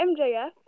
MJF